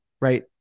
right